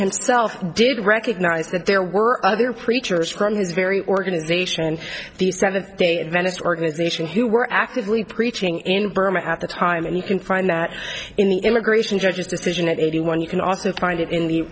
himself did recognize that there were other preachers from his very organization the seventh day adventist organization who were actively preaching in burma at the time and you can find that in the immigration judge's decision at eighty one you can also find it in the